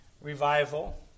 Revival